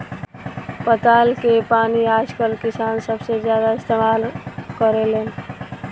पताल के पानी आजकल किसान सबसे ज्यादा इस्तेमाल करेलेन